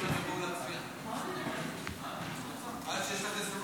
חוק הארכת השירות הסדיר,